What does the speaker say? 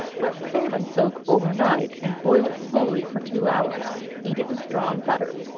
let salmon soak over night, and boil it slowly for two hours eat it with drawn butter.